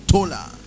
Tola